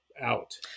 out